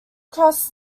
cross